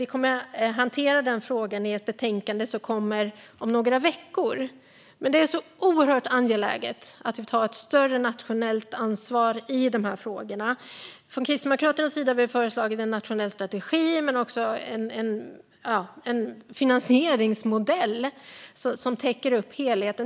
Vi kommer att hantera denna fråga i ett betänkande som kommer om några veckor. Det är oerhört angeläget att vi tar ett större nationellt ansvar i dessa frågor. Från Kristdemokraternas sida har vi föreslagit en nationell strategi men också en finansieringsmodell som täcker helheten.